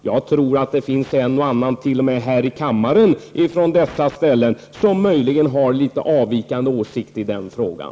Jag tror att det finns en och annan t.o.m. här i kammaren från dessa ställen som möjligen har litet avvikande åsikt i den frågan.